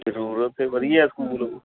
ਜ਼ਰੂਰਤ ਅਤੇ ਵਧੀਆ ਸਕੂਲ